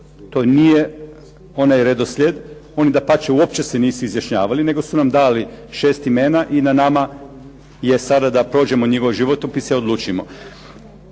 to nije onaj redoslijed. Oni dapače uopće se nisu izjašnjavali, nego su nam dali šest imena i na nama je sada da prođemo njihove životopise i odlučimo.